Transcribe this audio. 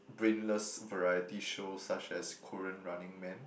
brainless variety show such as Korean Running Man